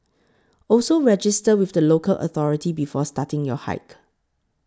also register with the local authority before starting your hike